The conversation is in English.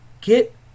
get